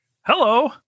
Hello